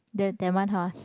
then that one how ah